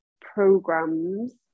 programs